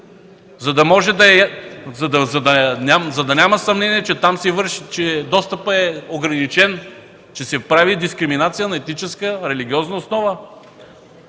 за да няма съмнения, че там достъпът е ограничен, че се прави дискриминация на етническа, религиозна основа,